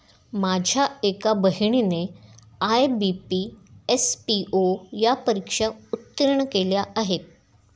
माझ्या एका बहिणीने आय.बी.पी, एस.पी.ओ या परीक्षा उत्तीर्ण केल्या आहेत